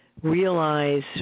Realize